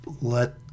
let